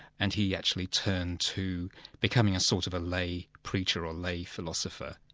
and he actually turned to becoming a sort of a lay preacher or lay philosopher.